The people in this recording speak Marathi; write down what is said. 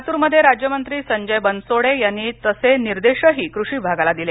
लातूरमध्ये राज्यमंत्री संजय बनसोडे यांनी तसे निर्देशही कृषी विभागाला दिले